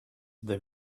the